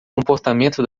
comportamento